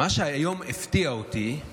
מה שהפתיע אותי היום,